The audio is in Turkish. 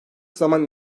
zaman